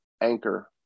anchor